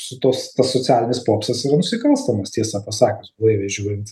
su tos tas socialinis popsas yra nusikalstamas tiesą pasakius blaiviai žiūrint